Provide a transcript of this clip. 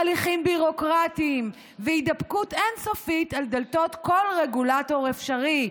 הליכים ביורוקרטיים והתדפקות אין-סופית על דלתות כל רגולטור אפשרי"